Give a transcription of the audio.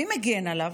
מי מגן עליו?